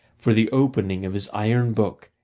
for the opening of his iron book,